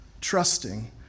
trusting